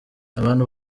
abantu